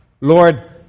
Lord